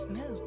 no